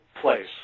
place